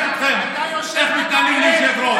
אתם צריכים להתבייש.